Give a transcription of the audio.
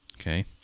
Okay